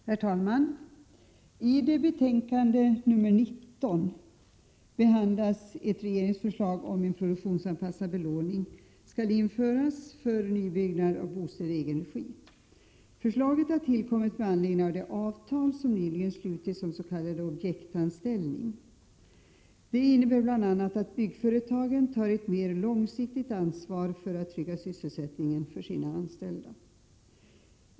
Herr talman! I betänkande 19 behandlas ett regeringsförslag om att en produktionsanpassad belåning skall införas för nybyggnad av bostäder i egen regi. Förslaget har tillkommit med anledning av det avtal som nyligen har slutits om s.k. objektsanställning. Det innebär bl.a. att byggföretagen tar ett mer långsiktigt ansvar för att trygga sysselsättningen för sina anställda.